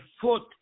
foot